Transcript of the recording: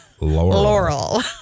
Laurel